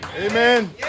Amen